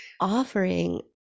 offering